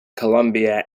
columbia